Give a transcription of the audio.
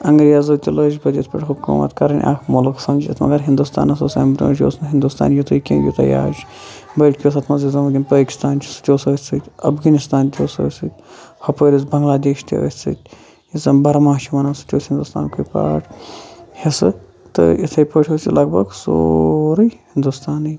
اَنٛگریزَو تہٕ لٲجۍ پَتہٕ یتھ پٲٹھۍ حُکُوٗمَت کَرٕن اکھ مُلُک سَمجِتھ مَگَر ہِندُستانَس اوس امہِ برونٛہہ یہِ اوس نہٕ ہِندُستان یُتُے کینٛہہ یوٗتَہہ یہِ آز چھُ بلکہِ اوس اتھ مَنٛز یُس زَن وِنکٮ۪س پٲکِستان چھُ سُہ تہِ اوس أتھۍ سۭتۍ اَفگٲنِستان تہِ اوس أتھ سۭتۍ ہُپٲرۍ اوس بَنٛگلادیش تہِ أتھ سۭتۍ یہِ زَن بَرما چھِ وَنان سُہ تہِ اوس ہِندُستانکُے پاٹ حِصہِ تہٕ یِتھے پٲٹھۍ اوس یہِ لَگ بَگ سورُے ہِندُستانے